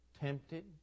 tempted